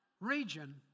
region